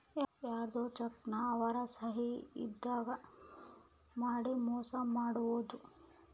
ಯಾರ್ಧೊ ಚೆಕ್ ನ ಅವ್ರ ಸಹಿ ಇದ್ದಂಗ್ ಮಾಡಿ ಮೋಸ ಮಾಡೋದು